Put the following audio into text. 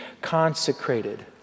consecrated